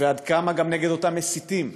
ועד כמה נגד אותם מסיתים.